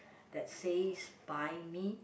that says buy me